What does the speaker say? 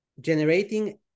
generating